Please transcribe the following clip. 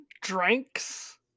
drinks